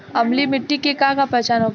अम्लीय मिट्टी के का पहचान होखेला?